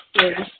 Yes